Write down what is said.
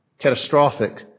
catastrophic